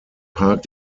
park